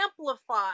amplify